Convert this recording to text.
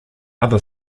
other